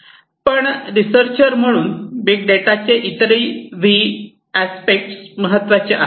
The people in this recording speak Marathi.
पण रीसर्चर म्हणून बिग डेटा चे इतरही व्ही V's एस्पेक महत्वाचे आहेत